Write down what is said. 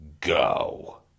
go